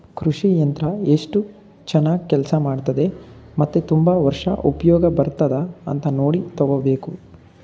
ಕೃಷಿ ಯಂತ್ರ ಎಸ್ಟು ಚನಾಗ್ ಕೆಲ್ಸ ಮಾಡ್ತದೆ ಮತ್ತೆ ತುಂಬಾ ವರ್ಷ ಉಪ್ಯೋಗ ಬರ್ತದ ಅಂತ ನೋಡಿ ತಗೋಬೇಕು